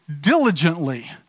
diligently